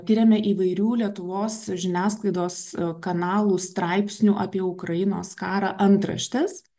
tiriame įvairių lietuvos žiniasklaidos kanalų straipsnių apie ukrainos karą antraštes